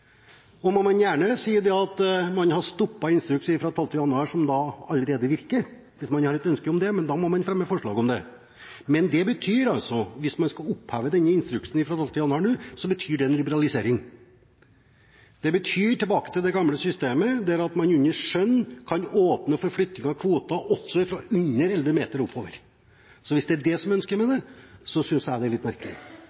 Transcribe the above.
må gjerne si at man vil ha stoppet instruksen fra 12. januar, som allerede virker, hvis man har et ønske om det, men da må man fremme forslag om det. Men hvis man skulle oppheve instruksen fra 12. januar, betyr det en liberalisering. Det betyr tilbake til det gamle systemet, der man under skjønn kan åpne for flytting av kvoter også fra under 11 meter og oppover. Hvis det er det som er ønsket med